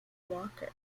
walker